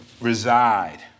reside